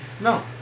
No